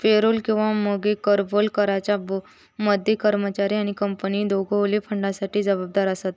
payroll किंवा मगे कर्यबल कराच्या मध्ये कर्मचारी आणि कंपनी दोघवले फंडासाठी जबाबदार आसत